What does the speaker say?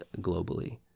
globally